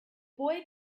boy